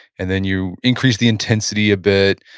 and then you increase the intensity a bit,